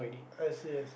I_C_S